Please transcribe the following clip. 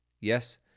Yes